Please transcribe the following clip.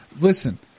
listen